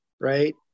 right